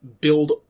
build